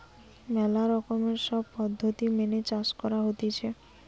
ম্যালা রকমের সব পদ্ধতি মেনে চাষ করা হতিছে